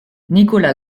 nikola